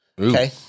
Okay